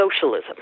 socialism